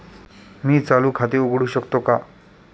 मी चालू खाते उघडू शकतो का?